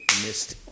Missed